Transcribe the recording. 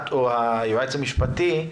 את או היועץ המשפטי,